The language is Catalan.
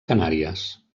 canàries